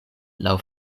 laŭ